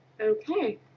Okay